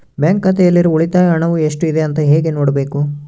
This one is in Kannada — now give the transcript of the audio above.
ಬ್ಯಾಂಕ್ ಖಾತೆಯಲ್ಲಿರುವ ಉಳಿತಾಯ ಹಣವು ಎಷ್ಟುಇದೆ ಅಂತ ಹೇಗೆ ನೋಡಬೇಕು?